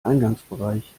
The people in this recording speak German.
eingangsbereich